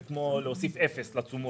זה כמו להוסיף אפס לתשומות,